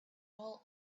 all